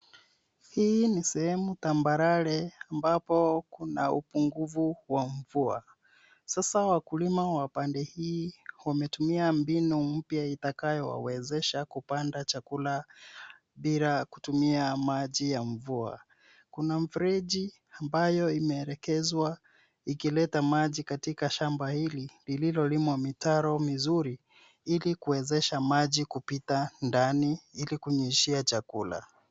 Hii ni sehemu tambarare ambapo kuna upungufu wa mvua. Sasa wakulima wa pande hii wametumia mbinu mpya itakayo wawezesha kupanda chakula bila kutumia maji ya mvua. Kuna mifereji ambayo imeelekezwa ikileta maji katika shamba hili lililo limwa mitaro mizuri ili kuwezasha maji kupita ndani ili kunyunyizia chakula.